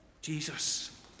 Jesus